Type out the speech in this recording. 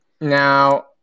Now